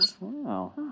Wow